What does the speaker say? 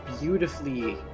beautifully